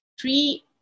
three